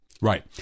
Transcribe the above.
Right